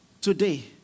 today